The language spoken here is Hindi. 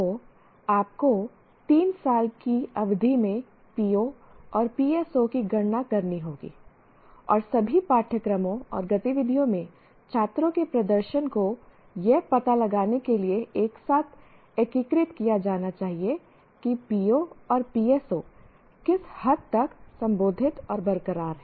तो आपको 3 साल की अवधि में POs और PSOs की गणना करनी होगी और सभी पाठ्यक्रमों और गतिविधियों में छात्रों के प्रदर्शन को यह पता लगाने के लिए एक साथ एकीकृत किया जाना चाहिए कि POs और PSOs किस हद तक संबोधित और बरकरार हैं